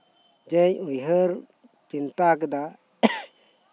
ᱡᱮᱧ ᱩᱭᱦᱟᱹᱨ ᱪᱤᱱᱛᱟᱹᱣ ᱠᱮᱫᱟ